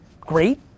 great